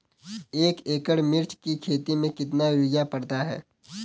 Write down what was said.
एक एकड़ मिर्च की खेती में कितना यूरिया पड़ता है?